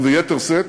וביתר שאת,